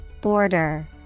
Border